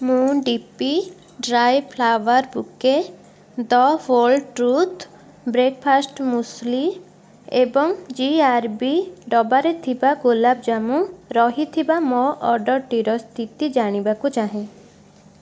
ମୁଁ D P dry flower bouquet the whole truth breakfast muesli ଏବଂ G R B ଡ଼ବାରେ ଥିବା ଗୋଲାପ ଜାମୁ ରହିଥିବା ମୋ ଅର୍ଡ଼ର୍ଟିର ସ୍ଥିତି ଜାଣିବାକୁ ଚାହେଁ